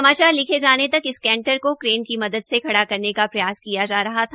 समाचार लिखे जाने तक इस कैंटर को क्रेन की मदद से खड़ा करने प्रयास किया जा रहा था